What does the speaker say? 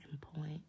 point